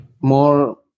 more